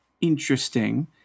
interesting